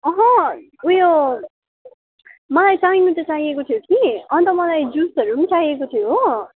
अहँ उयो मलाई चाहिन त चाहिएको थियो कि अन्त मलाई जुसहरू नि चाहिएको थियो हो